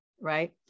right